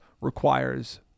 requires